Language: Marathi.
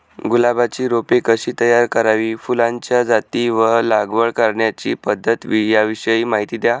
गुलाबाची रोपे कशी तयार करावी? फुलाच्या जाती व लागवड करण्याची पद्धत याविषयी माहिती द्या